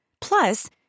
Plus